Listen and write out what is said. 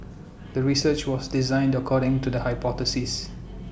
the research was designed according to the hypothesis